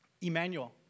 Emmanuel